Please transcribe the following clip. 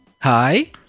Hi